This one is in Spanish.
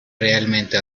realmente